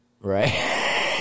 Right